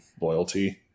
loyalty